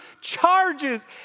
charges